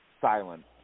silent